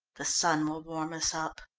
the sun will warm us up.